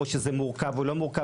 או זה מורכב או לא מורכב,